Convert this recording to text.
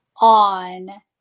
on